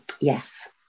Yes